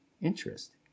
interest